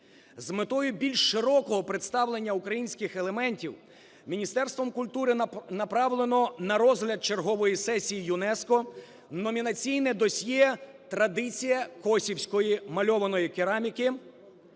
З метою більш широкого представлення українських елементів Міністерством культури направлено на розгляд чергової сесії ЮНЕСКО номінаційне досьє "Традиція косівської мальованої кераміки"